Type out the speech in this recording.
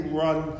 run